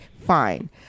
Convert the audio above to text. fine